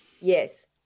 yes